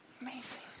Amazing